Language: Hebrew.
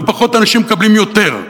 ופחות אנשים מקבלים יותר.